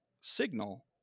signal